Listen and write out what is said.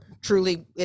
truly